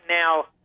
now